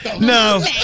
No